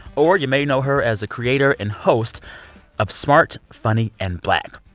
or you may know her as a creator and host of smart funny and black,